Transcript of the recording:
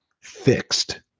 fixed